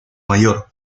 mayor